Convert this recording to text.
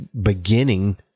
beginning